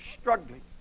struggling